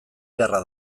beharra